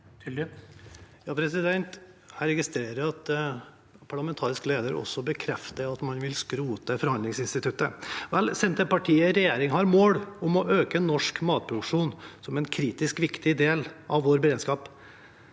Jeg registrerer at parlamentarisk leder også bekrefter at man vil skrote forhandlingsinstituttet. Senterpartiet i regjering har et mål om å øke norsk matproduksjon som en kritisk viktig del av vår beredskap.